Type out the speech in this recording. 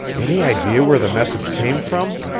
any idea where the message came from?